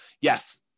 yes